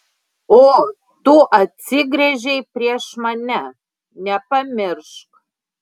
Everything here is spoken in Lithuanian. o tu atsigręžei prieš mane nepamiršk